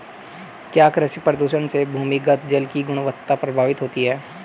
क्या कृषि प्रदूषण से भूमिगत जल की गुणवत्ता प्रभावित होती है?